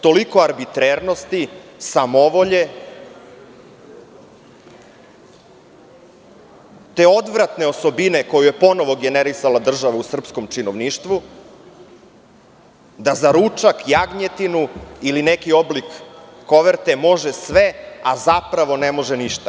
Toliko arbitrarnosti, samovolje, te odvratne osobine koje je ponovo generisala država u srpskom činovništvu, da za ručak, jagnjetinu, ili neki oblik koverte može sve, a zapravo ne može ništa.